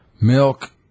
Milk